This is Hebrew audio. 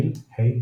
ניל ה.